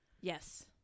Yes